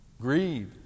greed